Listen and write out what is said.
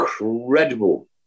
incredible